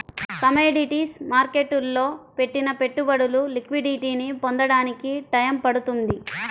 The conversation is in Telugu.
కమోడిటీస్ మార్కెట్టులో పెట్టిన పెట్టుబడులు లిక్విడిటీని పొందడానికి టైయ్యం పడుతుంది